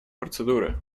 процедуры